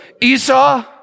Esau